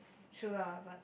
true lah but